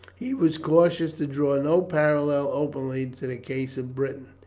he was cautious to draw no parallel openly to the case of britain.